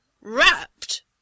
wrapped